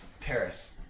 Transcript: Terrace